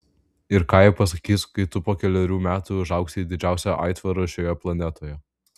ir ką jie pasakys kai tu po kelerių metų užaugsi į didžiausią aitvarą šioje planetoje